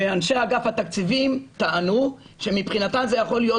ואנשי אגף התקציבים טענו שמבחינתם זה יכול להיות